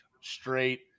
straight